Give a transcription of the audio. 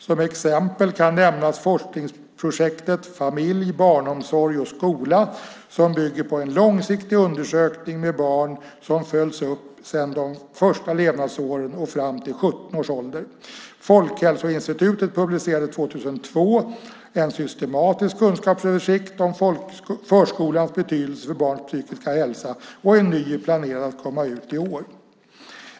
Som exempel kan nämnas forskningsprojektet Familj, barnomsorg och skola , som bygger på en långsiktig undersökning med barn som följts upp sedan de första levnadsåren och fram till 17 års ålder. Folkhälsoinstitutet publicerade 2002 en systematisk kunskapsöversikt om förskolans betydelse för barns psykiska hälsa, och en ny är planerad att komma ut i år.